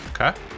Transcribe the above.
Okay